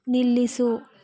ನಿಲ್ಲಿಸು